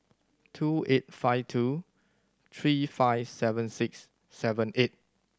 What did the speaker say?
two eight five two three five seven six seven eight